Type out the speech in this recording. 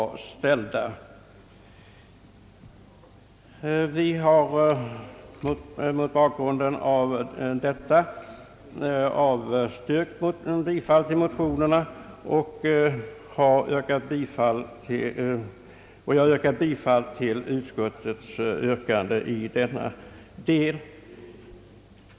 Vi har alltså avstyrkt bifall till motionerna, och jag yrkar bifall till utskottets hemställan i denna del.